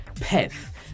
path